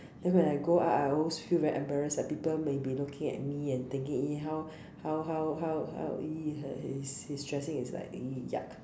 then when I go out I always feel embarrassed like people may be looking at me and thinking !ee! how how how how how !ee! his dressing is like !ee! yuck